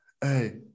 hey